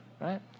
right